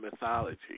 Mythology